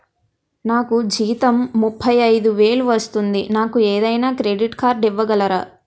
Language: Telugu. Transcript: నాకు జీతం ముప్పై ఐదు వేలు వస్తుంది నాకు ఏదైనా క్రెడిట్ కార్డ్ ఇవ్వగలరా?